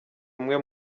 umwe